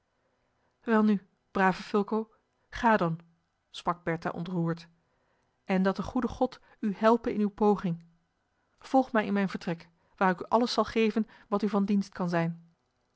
welnu brave fulco ga dan sprak bertha ontroerd en dat de goede god u helpe in uwe poging volg mij in mijn vertrek waar ik u alles zal geven wat u van dienst kan zijn